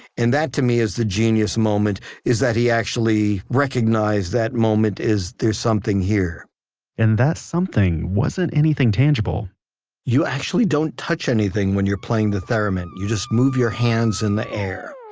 and that to me is the genius moment, is that he actually recognized that moment is there's something here and that something wasn't anything tangible you actually don't touch anything when you're playing the theremin. you just move your hands in the air.